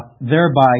thereby